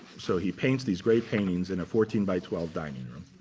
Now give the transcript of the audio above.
so he paints these great paintings in a fourteen by twelve dining room.